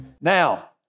Now